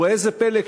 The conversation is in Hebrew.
וראה זה פלא,